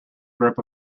grip